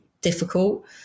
difficult